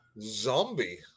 zombie